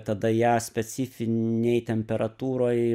tada ją specifinėj temperatūroj